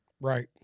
Right